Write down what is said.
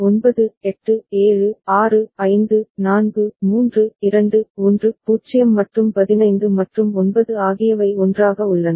9 8 7 6 5 4 3 2 1 0 மற்றும் 15 மற்றும் 9 ஆகியவை ஒன்றாக உள்ளன